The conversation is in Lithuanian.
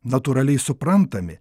natūraliai suprantami